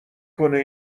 کنه